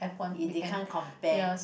they they can't compare